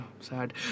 sad